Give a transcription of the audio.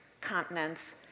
continents